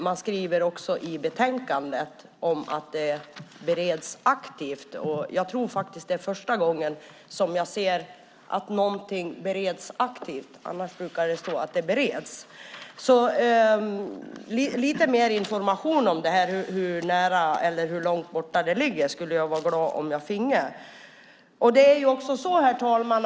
Man skriver i betänkandet att det bereds aktivt. Jag tror att det är första gången jag ser att något bereds "aktivt". Annars brukar det stå att det bereds. Jag skulle vara glad om jag fick lite mer information om hur nära eller långt borta detta ligger. Herr talman!